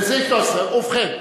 לסעיף 13. ובכן,